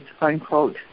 unquote